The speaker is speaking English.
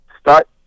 start